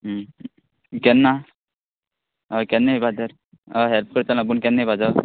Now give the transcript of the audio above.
केन्ना हय केन्ना येवपा तर अय हॅप्ल करतलो पूण केन्ना येवपाचो